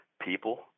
people